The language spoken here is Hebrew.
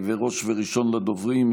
ראש וראשון לדוברים,